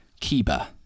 Kiba